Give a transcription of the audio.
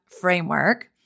framework